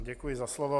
Děkuji za slovo.